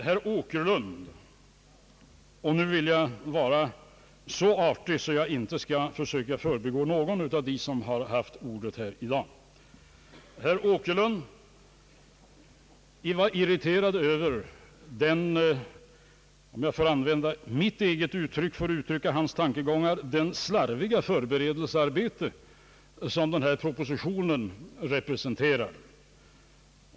Herr Åkerlund — och jag skall vara så artig att jag inte förbigår någon av de Övriga som haft ordet i dag — var irriterad över, om jag får använda mitt eget uttryck för att uttrycka hans tankegångar, det slarviga förberedelsearbete som denna proposition representerar.